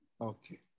Okay